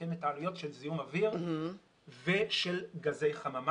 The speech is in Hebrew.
שעדכן את העלויות של זיהום אוויר ושל גזי חממה.